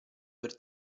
per